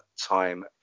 time